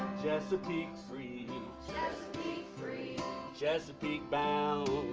chesapeake free chesapeake free chesapeake bound